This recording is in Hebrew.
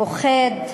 פוחד?